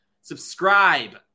Subscribe